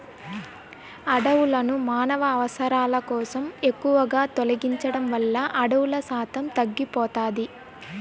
అడవులను మానవ అవసరాల కోసం ఎక్కువగా తొలగించడం వల్ల అడవుల శాతం తగ్గిపోతాది